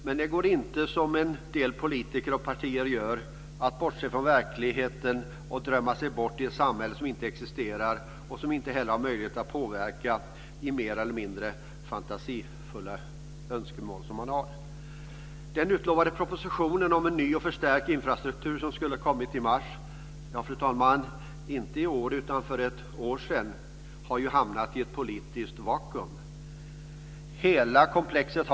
Men det går inte, som en del politiker och partier gör, att bortse från verkligheten och drömma sig bort till ett samhälle som inte existerar och som inte heller har möjlighet att påverka de mer eller mindre fantasifulla önskemål som man har. Den utlovade propositionen om en ny och förstärkt infrastruktur som skulle ha kommit i mars - ja, fru talman, inte i år utan för ett år sedan - har ju hamnat i ett politiskt vakuum.